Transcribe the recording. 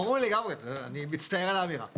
ברור לגמרי, אני מצטער על האמירה.